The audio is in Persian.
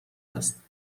است